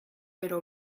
però